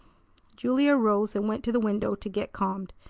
julia arose and went to the window to get calmed.